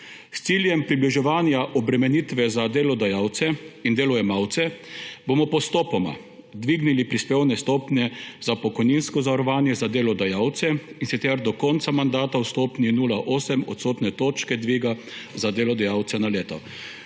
»S ciljem približevanja obremenitve za delodajalce in delojemalce bomo postopoma dvignili prispevne stopnje za pokojninsko zavarovanje za delodajalce, in sicer do konca mandata v stopnji 0,8 odstotne točke dviga za delodajalce na leto.«